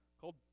called